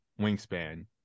wingspan